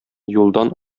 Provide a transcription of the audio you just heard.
юлдан